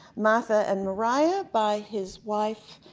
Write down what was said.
martha and mariah, by his wife,